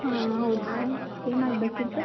ಹಾಂ ಹೌದಾ ಏನಾಗಬೇಕಿತ್ತು